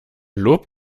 lob